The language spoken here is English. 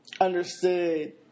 understood